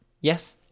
yes